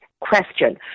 question